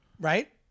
Right